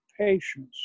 patience